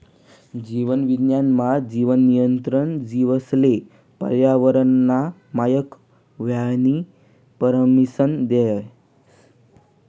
जीव विज्ञान मा, जीन नियंत्रण जीवेसले पर्यावरनना मायक व्हवानी परमिसन देस